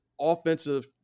offensive